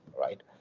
right